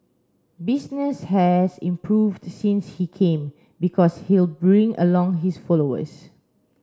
business has improved since he came because he'll bring along his followers